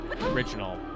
original